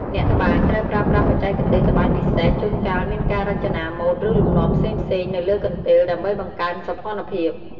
អ្នកត្បាញត្រូវប្រើប្រាស់បច្ចេកទេសត្បាញពិសេស ជួនកាលមានការរចនាម៉ូត ឬលំនាំផ្សេងៗនៅលើកន្ទេល ដើម្បីបង្កើនសោភ័ណភាព។